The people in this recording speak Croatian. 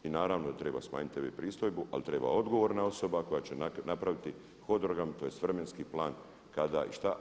I naravno da treba smanjiti TV pristojbu ali treba odgovorna osoba koja će napraviti hodogram tj. vremenski plan kada i šta.